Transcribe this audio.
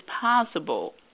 possible